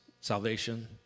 salvation